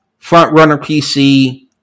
FrontRunnerPC